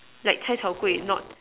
like cai-tao-kway not